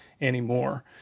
anymore